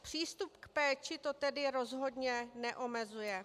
Přístup k péči to tedy rozhodně neomezuje.